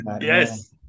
Yes